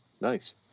Nice